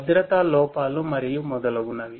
భద్రత లోపాలు మరియు మొదలగునవి